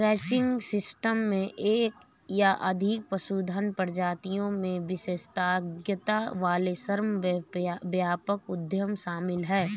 ranching system में एक या अधिक पशुधन प्रजातियों में विशेषज्ञता वाले श्रम व्यापक उद्यम शामिल हैं